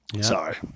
sorry